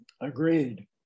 agreed